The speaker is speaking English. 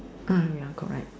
uh ya correct